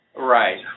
Right